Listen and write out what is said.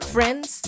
Friends